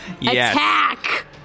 attack